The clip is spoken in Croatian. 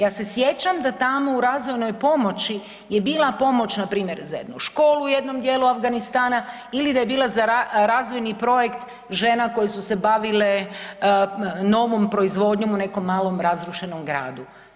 Ja se sjećam da tamo u razvojnoj pomoći je bila pomoć npr. za jednu školu u jednom dijelu Afganistana ili da je bila za razvojni projekt žena koje su se bavile novom proizvodnjom u nekom malom razrušenom gradu.